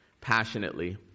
passionately